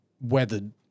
weathered